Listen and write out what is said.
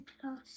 plus